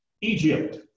Egypt